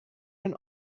and